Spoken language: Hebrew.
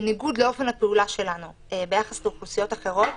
בניגוד לאופן הפעולה שלנו ביחס לאוכלוסיות אחרות,